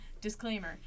disclaimer